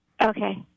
Okay